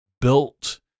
built